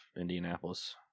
Indianapolis